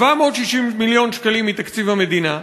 760 מיליון שקלים מתקציב המדינה,